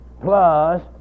plus